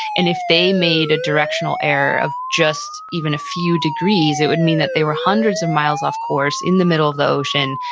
and if they made a directional error of just even a few degrees, it would mean that they were hundreds of miles off course in the middle of the ocean,